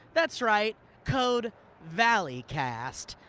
that's right, code valleycast.